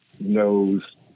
knows